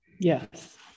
Yes